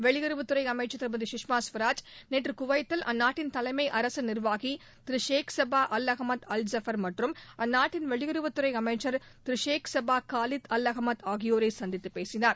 வெளியுறவுத்துறை அமைச்சர் திருமதி சுஷ்மா ஸ்வராஜ் நேற்று குவைத்தில் அந்நாட்டின் தலைமை அரசு நிர்வாகி திரு Sheikh Sabah Al Ahmad Al Jafar மற்றும் அந்நாட்டின் வெளியுறவுத்துறை அமைச்சர் திரு Sheikh Sabah Khalid Al Ahmad ஆகியோரை சந்தித்துப்பேசினார்